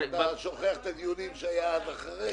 אתה שוכח את הדיונים שהיו אחרי,